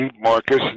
Marcus